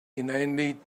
inanely